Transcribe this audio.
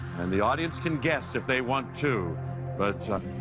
and the audience can guess if they want to but